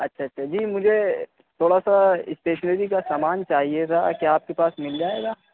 اچھا اچھا جی مجھے تھوڑا سا اسٹیشنری کا سامان چاہیے تھا کیا آپ کے پاس مل جائے گا